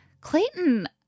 Clayton